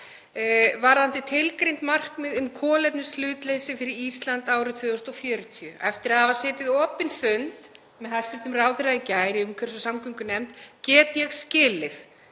varðandi tilgreind markmið um kolefnishlutleysi fyrir Ísland árið 2040. Eftir að hafa setið opinn fund með hæstv. ráðherra í gær í umhverfis- og samgöngunefnd get ég skilið